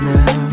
Now